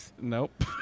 Nope